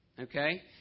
Okay